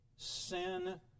sin